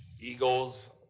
Eagles